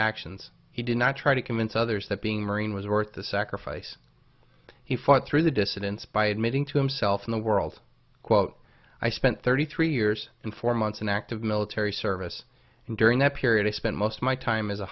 actions he did not try to convince others that being a marine was worth the sacrifice he fought through the dissidents by admitting to himself in the world quote i spent thirty three years and four months in active military service and during that period i spent most of my time as a